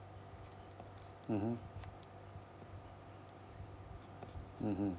mmhmm mmhmm